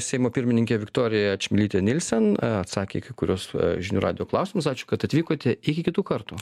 seimo pirmininkė viktorija čmilytė nilsen atsakėį kuriuos žinių radijo klausimus ačiū kad atvykote iki kitų kartų